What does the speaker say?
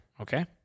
Okay